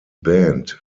band